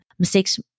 mistakes